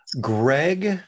Greg